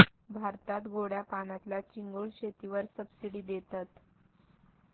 भारतात गोड्या पाण्यातल्या चिंगूळ शेतीवर सबसिडी देतत